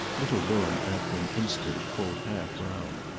little bilham after an instant pulled half round.